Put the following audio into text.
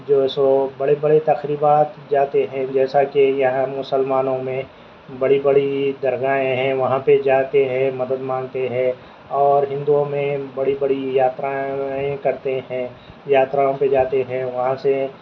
جو ہے سو بڑے بڑے تقریبات جاتے ہیں جیسا کہ یہاں مسلمانوں میں بڑی بڑی درگاہیں ہیں وہاں پہ جاتے ہیں مدد مانگتے ہیں اور ہندؤں میں بڑی بڑی یاترائیں کرتے ہیں یاتراؤں پہ جاتے ہیں وہاں سے